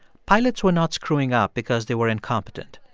pilots were not screwing up because they were incompetent.